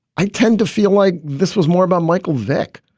i tend to feel like this was more about michael vick.